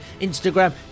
instagram